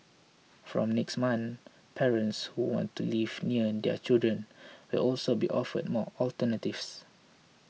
from next month parents who want to live near their children will also be offered more alternatives